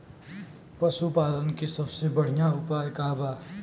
पशु पालन के सबसे बढ़ियां उपाय का बा?